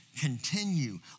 continue